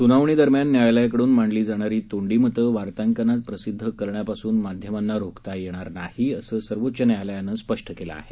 स्नावणीदरम्यान न्यायालयाकडून मांडली जाणारी तोंडी मतं वार्तांकनात प्रसिद्ध करण्यापासून माध्यमांना रोखता येणार नाही असं सर्वोच्च न्यायालयानं स्पष्ट केलं आहे